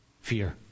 fear